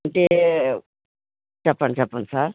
అంటే చెప్పండి చెప్పండి సార్